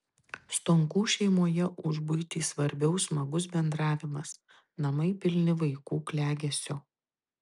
stonkų šeimoje už buitį svarbiau smagus bendravimas namai pilni vaikų klegesio